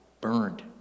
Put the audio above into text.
Burned